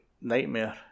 nightmare